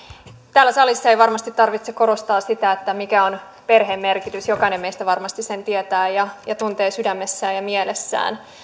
täällä salissa ei varmasti tarvitse korostaa sitä mikä on perheen merkitys jokainen meistä varmasti sen tietää ja ja tuntee sydämessään ja mielessään